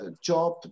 job